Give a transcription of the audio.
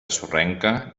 sorrenca